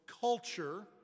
culture